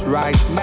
right